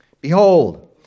behold